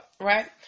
Right